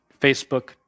Facebook